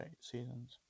seasons